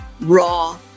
raw